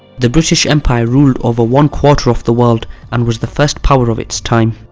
the british empire ruled over one quarter of the world and was the first power of its time.